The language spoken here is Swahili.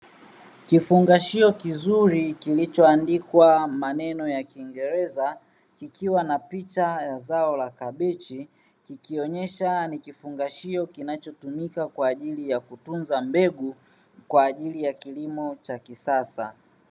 Kifungashio kizuri, kilicho andikwa maneno ya kiingereza, kikiwa na picha ya zao la kabichi. Kikionyesha ni kifungashio kinachotumika, kwa ajili ya kutunza mbegu kwa ajili ya kilimo cha kisasa.